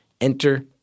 Enter